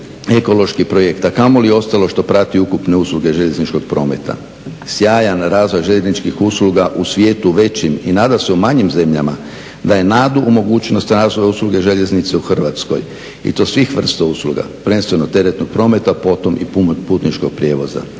ekološki projekt a kamoli ostalo što prati ukupne usluge željezničkog prometa. Sjajan razvoj željezničkih usluga u svijetu većim i nadasve u manjim zemljama daje nadu u mogućnost razvoja usluge prvenstveno teretnog prometa potom i putničkog prijevoza.